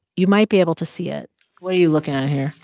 you might be able to see it what are you looking at here?